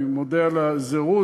אני מודה על הזירוז,